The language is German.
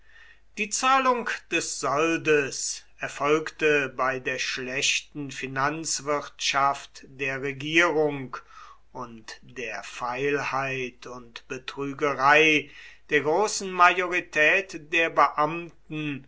die zahlung des soldes erfolgte bei der schlechten finanzwirtschaft der regierung und der feilheit und betrügerei der großen majorität der beamten